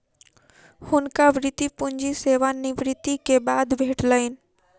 हुनका वृति पूंजी सेवा निवृति के बाद भेटलैन